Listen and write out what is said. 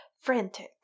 frantic